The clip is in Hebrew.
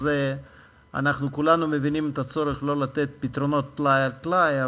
אז אנחנו כולנו מבינים את הצורך שלא לתת פתרונות טלאי על טלאי,